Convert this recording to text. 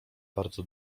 bardzo